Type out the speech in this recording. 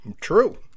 True